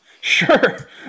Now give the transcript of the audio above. Sure